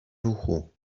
ruchu